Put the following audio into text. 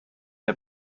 der